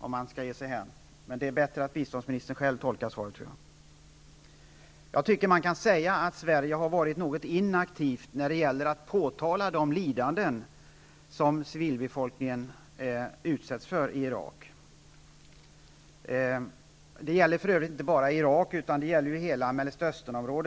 men jag tror att det är bäst att biståndsministern själv tolkar svaret. Jag tycker man kan säga att Sverige har varit något inaktivt i fråga om att påtala de lidanden som civilbefolkningen utsätts för i Irak. Det gäller för övrigt inte bara Irak utan hela Mellanösternområdet.